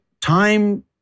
time